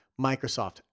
Microsoft